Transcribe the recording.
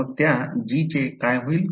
तर मग त्या g चे काय होईल